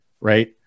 right